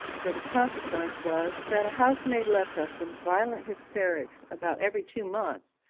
for the consequence was that a housemaid left us in violent hysterics about every two months,